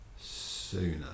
sooner